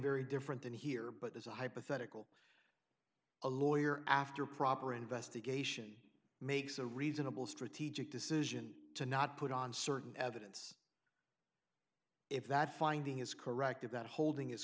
very different than here but there's a hypothetical a lawyer after proper investigation makes a reasonable strategic decision to not put on certain evidence if that finding is correct about holding is